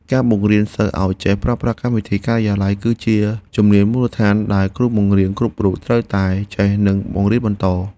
ការបង្រៀនសិស្សឱ្យចេះប្រើប្រាស់កម្មវិធីការិយាល័យគឺជាជំនាញមូលដ្ឋានដែលគ្រូបង្រៀនគ្រប់រូបត្រូវតែចេះនិងបង្រៀនបន្ត។